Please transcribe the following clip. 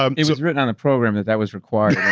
um it was written on a program that that was required.